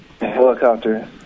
Helicopter